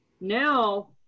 Now